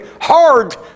hard